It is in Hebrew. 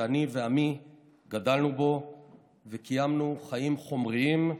שאני ועמי גדלנו בו וקיימנו חיים חומריים,